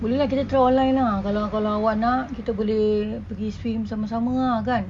boleh lah kita try online lah kalau awak nak kita boleh pergi swim sama-sama ah kan